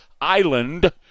Island